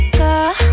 girl